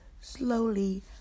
slowly